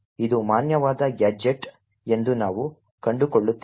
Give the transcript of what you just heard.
ಹೀಗಾಗಿ ಇದು ಮಾನ್ಯವಾದ ಗ್ಯಾಜೆಟ್ ಎಂದು ನಾವು ಕಂಡುಕೊಳ್ಳುತ್ತೇವೆ